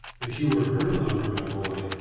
if you were her lover, my boy,